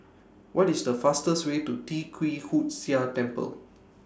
What IS The fastest Way to Tee Kwee Hood Sia Temple